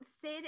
Sid